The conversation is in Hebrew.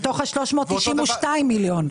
מתוך ה-392 מיליון.